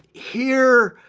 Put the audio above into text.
here,